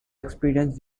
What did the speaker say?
experienced